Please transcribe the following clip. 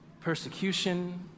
persecution